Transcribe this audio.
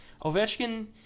Ovechkin